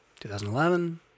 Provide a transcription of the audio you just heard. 2011